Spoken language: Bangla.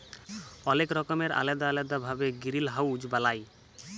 অলেক রকমের আলেদা আলেদা ভাবে গিরিলহাউজ বালায়